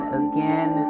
again